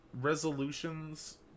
resolutions